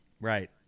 Right